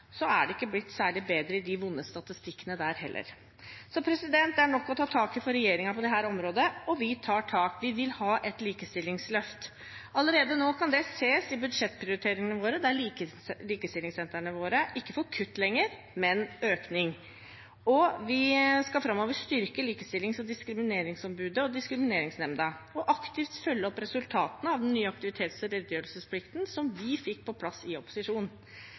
er ikke de vonde statistikkene der blitt særlig bedre heller. Så det er nok å ta tak i for regjeringen på dette området, og vi tar tak. Vi vil ha et likestillingsløft. Allerede nå kan det ses i budsjettprioriteringene våre, der likestillingssentrene våre ikke får kutt lenger, men økning. Vi skal framover styrke Likestillings- og diskrimineringsombudet og Diskrimineringsnemnda og aktivt følge opp resultatene av den nye aktivitets- og redegjørelsesplikten, som vi fikk på plass i opposisjon.